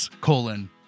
colon